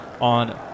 on